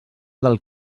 del